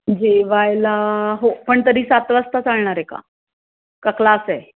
जेवायला हो पण तरी सात वाजता चालणार आहे का क्लास आहे